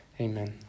Amen